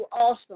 awesome